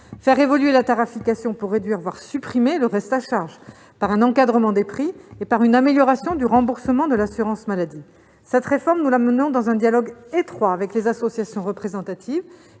faire évoluer la tarification pour réduire, voire supprimer le reste à charge, par un encadrement des prix et par une amélioration du remboursement de l'assurance maladie. Cette réforme, nous la menons dans un dialogue étroit avec les associations représentatives.